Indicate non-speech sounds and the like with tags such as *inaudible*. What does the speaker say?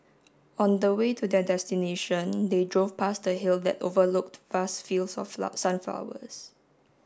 on the way to their destination they drove past a hill that overlooked vast fields of *unintelligible* sunflowers